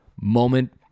moment